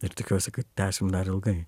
ir tikiuosi kad tęsim dar ilgai